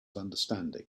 understanding